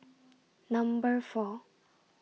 Number four